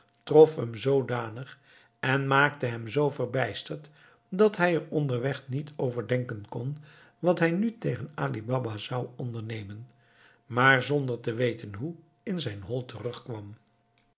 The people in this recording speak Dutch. trof hem zoodanig en maakte hem zoo verbijsterd dat hij er onderweg niet over denken kon wat hij nu tegen ali baba zou ondernemen maar zonder te weten hoe in zijn hol terugkwam